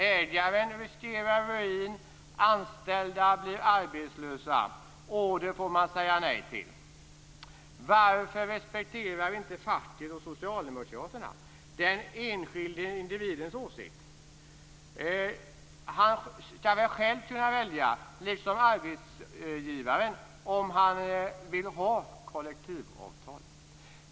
Ägaren riskerar ruin, anställda blir arbetslösa, och företaget får säga nej till order. Varför respekterar inte facket och Socialdemokraterna den enskilde individens åsikt? Han skall väl själv, liksom arbetsgivaren, kunna välja om han vill ha kollektivavtal?